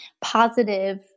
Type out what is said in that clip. positive